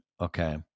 Okay